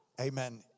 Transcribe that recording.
Amen